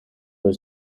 was